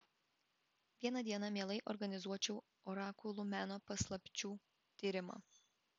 vieną dieną mielai organizuočiau orakulų meno paslapčių tyrimą